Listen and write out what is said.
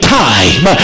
time